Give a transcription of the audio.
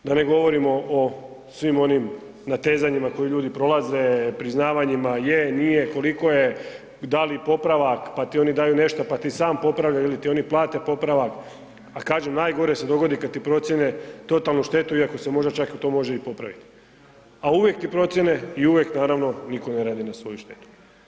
Da ne govorim o svim onim natezanjima koje ljudi prolaze, priznavanjima, je, nije, koliko je, da li popravak, pa ti oni daju nešto pa ti sam popravljaj ili ti oni plate popravak, a kažem, najgore se dogodi kad ti procijene totalnu štetu iako se možda čak i to može popraviti, ali uvijek ti procijene i uvijek naravno nitko ne radi na svoju štetu.